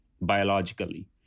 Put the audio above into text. biologically